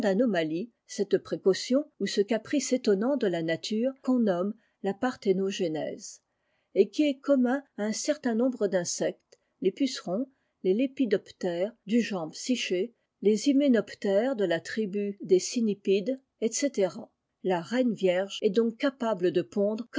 anomalie cette précaution ou ce caprice étonnant de la nature qu'on nomme la parthénogenèse et qui est commun à un certain nombre d'insectes les pucerons les lépidoptères du genre psyché les hyménoptères de la tribu des cynipîdes etc la reine vierge est donc capable de pondre